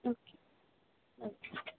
okay okay